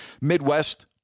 Midwest